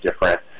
different